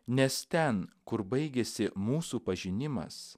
nes ten kur baigiasi mūsų pažinimas